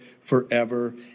forever